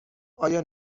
آیا